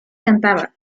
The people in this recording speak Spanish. cantaba